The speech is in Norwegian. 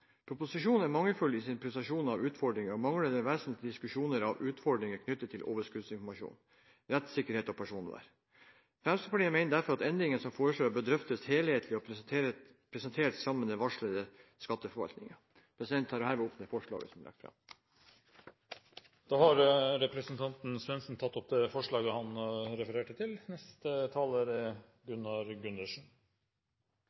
Proposisjonen er mangelfull i sin presentasjon av utfordringene og mangler vesentlige diskusjoner av utfordringene knyttet til overskuddsinformasjon, rettssikkerhet og personvern. Fremskrittspartiet mener derfor at endringer som foreslås, bør drøftes helhetlig og presenteres sammen med den varslede skatteforvaltningsloven. Jeg tar herved opp det forslaget som er lagt fram. Representanten Kenneth Svendsen har tatt opp det forslaget han refererte til. Det er kanskje ikke så mye å tilføye etter forrige taler,